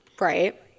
Right